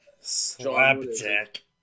Slapjack